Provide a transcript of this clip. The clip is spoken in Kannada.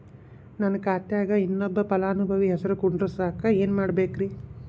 ನನ್ನ ಖಾತೆಕ್ ಇನ್ನೊಬ್ಬ ಫಲಾನುಭವಿ ಹೆಸರು ಕುಂಡರಸಾಕ ಏನ್ ಮಾಡ್ಬೇಕ್ರಿ?